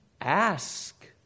Ask